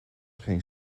geen